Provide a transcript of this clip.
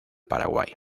paraguay